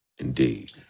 Indeed